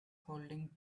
holding